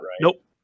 Nope